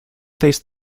face